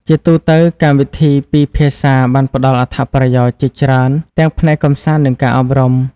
ជាទូទៅ កម្មវិធីពីរភាសាបានផ្តល់អត្ថប្រយោជន៍ជាច្រើនទាំងផ្នែកកម្សាន្តនិងការអប់រំ។